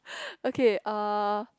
okay uh